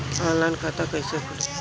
Online खाता कईसे खुलि?